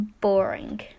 boring